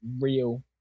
real